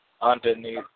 underneath